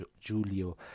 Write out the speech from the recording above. Giulio